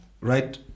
right